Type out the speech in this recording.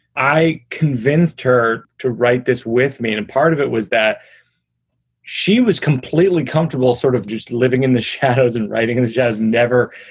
i convinced her to write this with me. and part of it was that she was completely comfortable sort of just living in the shadows and writing and it just never,